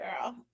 girl